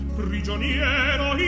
prigioniero